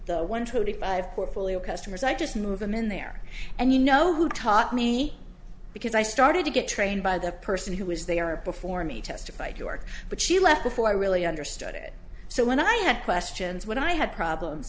twenty five portfolio customers i just move them in there and you know who taught me because i started to get trained by the person who was they are before me testified york but she left before i really understood it so when i had questions when i had problems